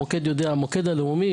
המוקד יודע המוקד הלאומי,